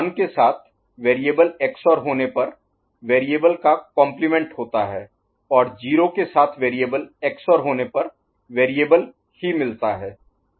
1 के साथ variable XOR होने पर वेरिएबल का कॉम्प्लीमेंट होता है और 0 के साथ वेरिएबल XOR होने पर वेरिएबल ही मिलता है